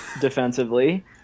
defensively